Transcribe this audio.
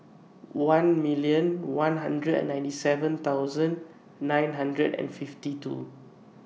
one million one hundred and ninety seven thousand nine hundred and fifty two